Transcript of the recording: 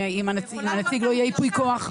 אם לנציג לא יהיה ייפוי כוח.